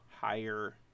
higher